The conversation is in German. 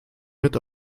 mit